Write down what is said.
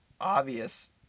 obvious